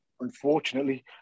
unfortunately